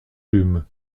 rhume